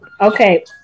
Okay